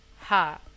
Ha